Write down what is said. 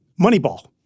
Moneyball